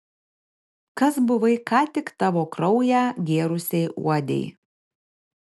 kas buvai ką tik tavo kraują gėrusiai uodei